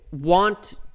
want